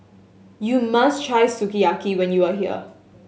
you must try Sukiyaki when you are here